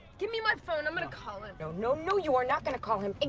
gimme my phone, i'm gonna call him. no, no, no, you are not gonna call him,